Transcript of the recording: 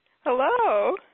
Hello